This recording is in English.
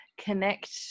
connect